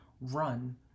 run